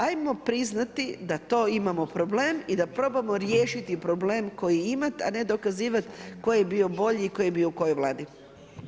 Ajmo priznati da to imamo problem i da probamo riješiti problem koji imamo, a ne dokazivati tko je bio bolji i tko je bio u kojoj Vladi.